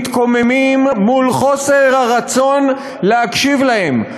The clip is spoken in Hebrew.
מתקוממים מול חוסר הרצון להקשיב להם,